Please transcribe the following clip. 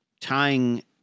tying